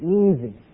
easy